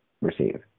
receive